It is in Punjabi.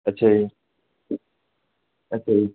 ਅੱਛਾ ਜੀ ਅੱਛਾ ਜੀ